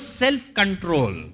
self-control